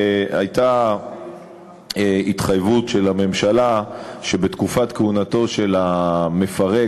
הייתה התחייבות של הממשלה שבתקופת כהונתו של המפרק,